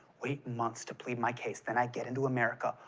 wait months to plead my case, then i get into america,